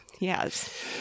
Yes